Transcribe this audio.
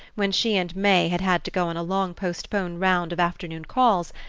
when she and may had had to go on a long-postponed round of afternoon calls,